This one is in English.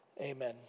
Amen